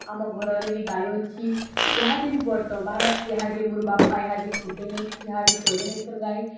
ଆମ ଘରରେ ବି ଗାଈ ଅଛି ଇହାଦେ ବି ବର୍ତ୍ତମାନ ଅଛି ଇହାଦେ ମୋର ବାପା ଇହାଦେ ଖୁଟେ ନେଇ ଇହାଦେ ଚରେ ନେଇଛନ୍ ଗାଈ